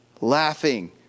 laughing